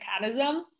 mechanism